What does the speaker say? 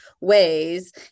ways